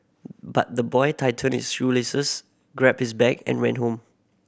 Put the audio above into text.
but the boy tightened his shoelaces grabbed his bag and rant home